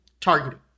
targeting